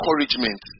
encouragement